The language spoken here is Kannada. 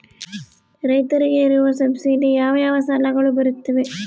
ರೈತರಿಗೆ ಇರುವ ಸಬ್ಸಿಡಿ ಯಾವ ಯಾವ ಸಾಲಗಳು ಬರುತ್ತವೆ?